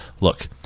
look